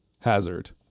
hazard